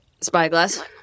spyglass